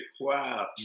Wow